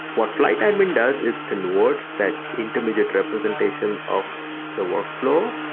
what flyte admin does is converts that intermediate representation of the workflow,